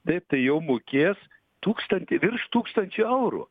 taip tai jau mokės tūkstantį virš tūkstančio eurų